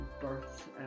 birth